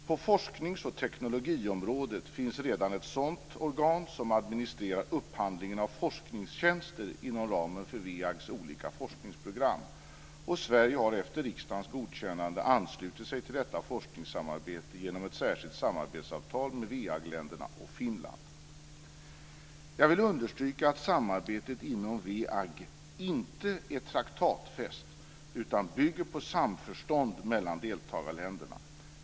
På forsknings och teknologiområdet finns redan ett sådant organ som administrerar upphandlingen av forskningstjänster inom ramen för WEAG:s olika forskningsprogram, och Sverige har efter riksdagens godkännande anslutit sig till detta forskningssamarbete genom ett särskilt samarbetsavtal med WEAG Jag vill understryka att samarbetet inom WEAG inte är traktatfäst utan bygger på samförstånd mellan deltagarländerna.